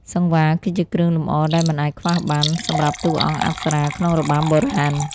សង្វារគឺជាគ្រឿងលម្អដែលមិនអាចខ្វះបានសម្រាប់តួអង្គអប្សរាក្នុងរបាំបុរាណ។